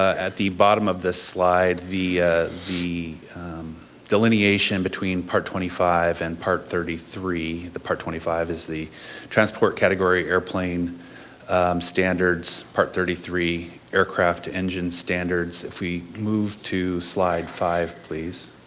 at the bottom of the slide the the delineation between part twenty five and part thirty three, the part twenty five is the transport category airplane standards, part thirty three aircraft engine standards, if we move to slide five please.